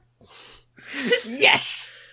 Yes